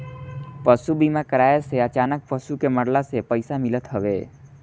पशु बीमा कराए से अचानक पशु के मरला से पईसा मिलत हवे